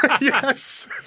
Yes